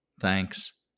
Thanks